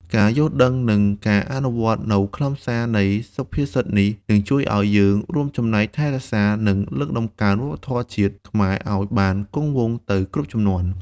ការយល់ដឹង និងការអនុវត្តនូវខ្លឹមសារនៃសុភាសិតនេះ នឹងជួយឱ្យយើងរួមចំណែកថែរក្សា និងលើកតម្កើងវប្បធម៌ជាតិខ្មែរឱ្យបានគង់វង្សទៅគ្រប់ជំនាន់។